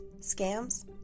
scams